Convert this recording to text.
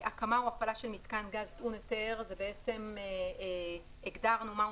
הקמה או הפעלה של מתקן גז טעון היתר הגדרנו מהו